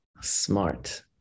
Smart